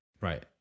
Right